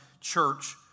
church